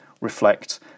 reflect